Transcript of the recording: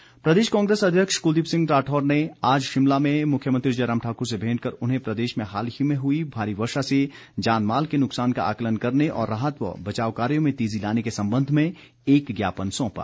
राठौर प्रदेश कांग्रेस अध्यक्ष कुलदीप राठौर ने आज शिमला में मुख्यमंत्री जयराम ठाकुर से भेंट कर उन्हें प्रदेश में हाल ही में हुई भारी वर्षा से जानमाल के नुकसान का आकलन करने और राहत व बचाच कार्यों में तेजी लाने के संबंध में एक ज्ञापन सौंपा